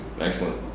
excellent